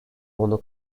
onu